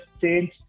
change